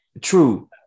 true